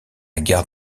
gare